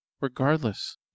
Regardless